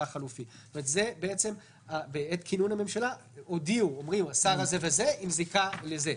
החלופי." בעת כינון הממשלה הודיעו: השר הזה והזה עם זיקה לראשון,